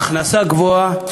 ההכנסה גבוהה,